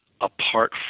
apart